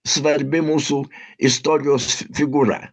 svarbi mūsų istorijos figūra